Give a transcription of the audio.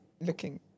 looking